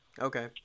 Okay